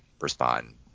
respond